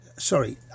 Sorry